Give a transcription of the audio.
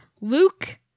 Luke